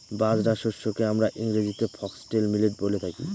বাজরা শস্যকে আমরা ইংরেজিতে ফক্সটেল মিলেট বলে থাকি